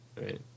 right